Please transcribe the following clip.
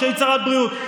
כשהיית שרת בריאות.